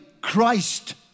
Christ